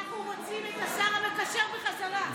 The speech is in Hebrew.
אנחנו רוצים את השר המקשר בחזרה.